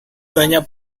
banyak